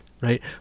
right